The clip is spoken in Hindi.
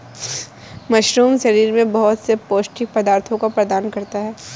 मशरूम शरीर में बहुत से पौष्टिक पदार्थों को प्रदान करता है